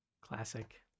Classic